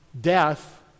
death